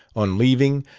on leaving,